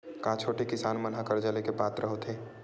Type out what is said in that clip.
का छोटे किसान मन हा कर्जा ले के पात्र होथे?